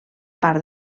part